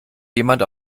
jemand